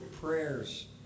prayers